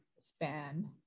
span